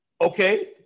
okay